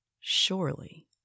Surely